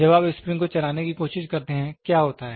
जब आप स्प्रिंग को चलाने की कोशिश करते हैं क्या होता है